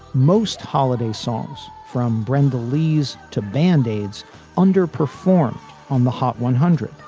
most holiday songs from brenda lee's to band-aids under-perform on the hot one hundred.